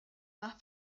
war